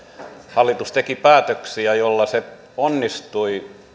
hallitus teki päätöksiä joilla se onnistui